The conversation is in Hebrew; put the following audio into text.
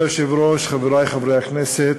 כבוד היושב-ראש, חברי חברי הכנסת,